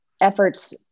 efforts